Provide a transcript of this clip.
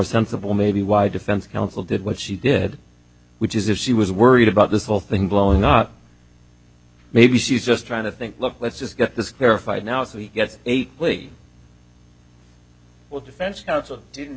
sensible maybe why defense counsel did what she did which is if she was worried about this whole thing blowing not maybe she's just trying to think look let's just get this clarified now so he gets eight plea well defense counsel didn't